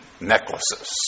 necklaces